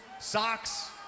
socks